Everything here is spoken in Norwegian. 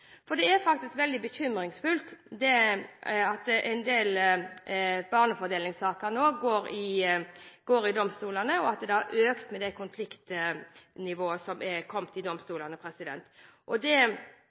Det er faktisk veldig bekymringsfullt at en del barnefordelingssaker nå går i domstolene, og at konfliktnivået i domstolene har økt. Når det er noen foreldre som